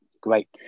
Great